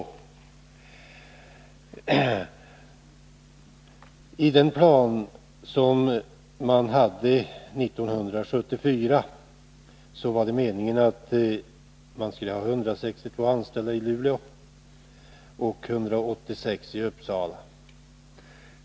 Enligt den plan man hade 1974 skulle man ha 162 anställda i Luleå och 186i Uppsala.